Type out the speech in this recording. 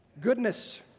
Goodness